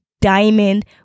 diamond